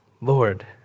Lord